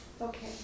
Okay